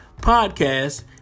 podcast